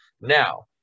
Now